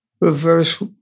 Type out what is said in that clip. reverse